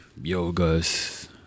yogas